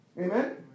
Amen